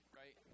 right